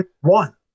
One